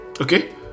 okay